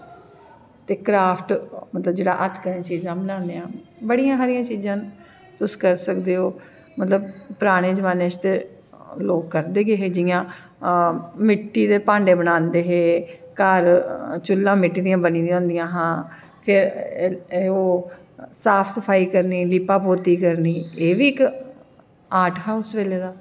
ते क्राफ्ट मतलब जेह्ड़ा हत्थ कन्नै चीजां बनाने आं बड़िया सारियां चीजां ना तुस करी सकदे हो मतलब पराने जमान्ने च ते लोक करदे गै हे जि'यां मिट्टी दे भांडे बनादे हे घर चु'ल्ला मिट्टी दियां बनी दी होदियां हा फिर ओह् साफ सफाई करनी लीपापोती करनी एह् बी इक आर्ट हा उस बेल्लै दा